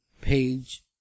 Page